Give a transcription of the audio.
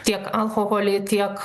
tiek alkoholį tiek